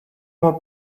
more